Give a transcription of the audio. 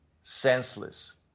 senseless